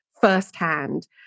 firsthand